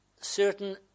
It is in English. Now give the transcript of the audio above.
certain